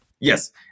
Yes